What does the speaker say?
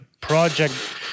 project